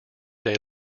day